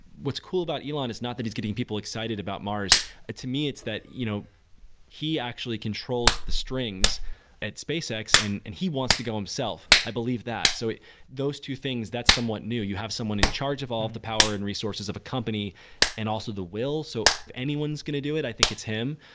what's cool about elon is not that is getting people excited about mars, but to me it's that you know he actually controls the strings at spacex and and he wants to go himself. i believe that. so those two things, that's somewhat new. you have someone in charge of all of the power and resources of a company and also the will. so if anyone's going to do it, i think it's him.